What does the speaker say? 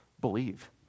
Believe